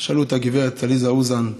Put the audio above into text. תשאלו את הגברת עליזה אוזן,